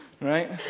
right